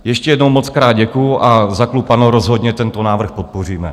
Ještě jednou mockrát děkuji a za klub ANO rozhodně tento návrh podpoříme.